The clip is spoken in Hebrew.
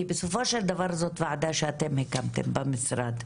כי בסופו של דבר זאת ועדה שאתם הקמתם במשרד.